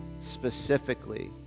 specifically